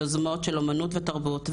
יוזמות של אומנות ותרבות,